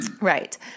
Right